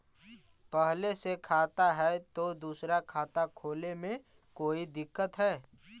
पहले से खाता है तो दूसरा खाता खोले में कोई दिक्कत है?